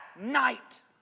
night